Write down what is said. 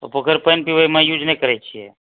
ओ पोखरि पानि पीबैमे यूज नहि करैत छियै